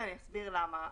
ואני אסביר למה.